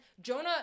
Jonah